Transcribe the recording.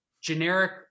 generic